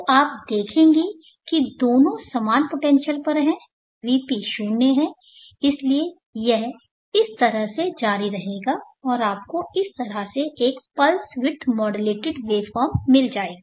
तो आप देखेंगे कि दोनों समान पोटेंशियल पर हैं Vp शून्य पर हैं इसलिए यह इस तरह से जारी रहेगा और आपको इस तरह से एक पल्स विड्थ मॉड्यूलेटेड वेवफॉर्म मिल जाएगी